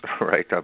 right